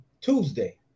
Tuesday